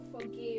Forgive